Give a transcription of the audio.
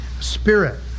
spirit